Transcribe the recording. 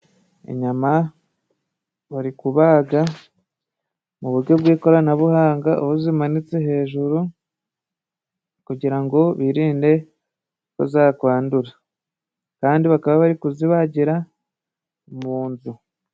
Inyama bari kubaga mu bujyo bw'ikoranabuhanga aho zimanitse hejuru, kugira ngo birinde ko zakwandura, kandi bakaba bari kuzibagira mu nzu.